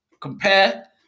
compare